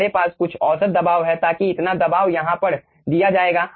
हमारे पास कुछ औसत दबाव हैं ताकि इतना दबाव यहाँ पर दिया जाएगा